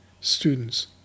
students